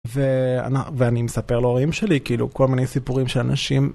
ואני מספר להורים שלי כאילו כל מיני סיפורים שאנשים.